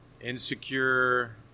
Insecure